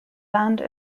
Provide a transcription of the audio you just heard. band